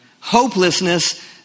Hopelessness